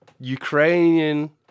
Ukrainian